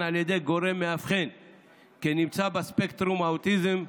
על ידי גורם מאבחן כנמצא בספקטרום האוטיזם,